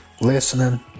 listening